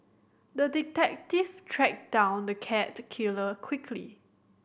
the detective tracked down the cat killer quickly